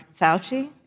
Fauci